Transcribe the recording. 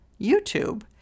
YouTube